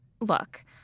Look